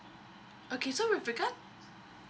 okay so regard